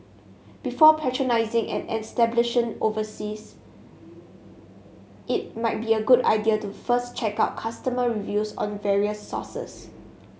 before patronising an establishing overseas it might be a good idea to first check out customer reviews on various sources